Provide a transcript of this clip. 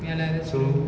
ya lah that's true